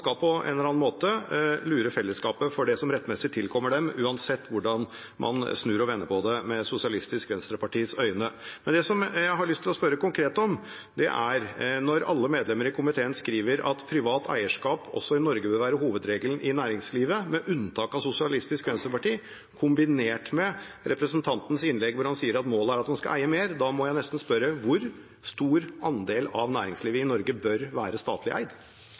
skal på en eller annen måte lure fellesskapet for det som rettmessig tilkommer dem, uansett hvordan man snur og vender på det, sett med Sosialistisk Venstrepartis øyne. Det jeg konkret har lyst til å spørre om, er: Når alle medlemmene i komiteen, med unntak av Sosialistisk Venstrepartis medlem, i innstillingen viser til at «privat eierskap også i Norge bør være hovedregelen i næringslivet», kombinert med representanten Øvstegårds innlegg, hvor han sa at målet er at man skal eie mer, må jeg nesten spørre hvor stor andel av næringslivet i Norge som bør være statlig eid.